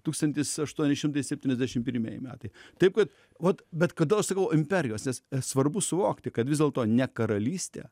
tūkstantis aštuoni šimtai septyniasdešim pirmieji metai taip kad vat bet kodėl aš sakau imperijos svarbu suvokti kad vis dėlto ne karalystė